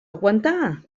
aguantar